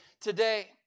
today